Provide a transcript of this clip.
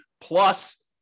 plus